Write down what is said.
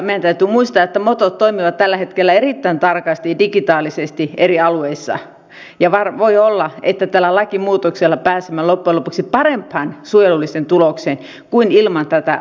meidän täytyy muistaa että motot toimivat tällä hetkellä erittäin tarkasti digitaalisesti eri alueilla ja voi olla että tällä lakimuutoksella pääsemme loppujen lopuksi parempaan suojelulliseen tulokseen kuin ilman tätä lakimuutosta